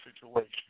situation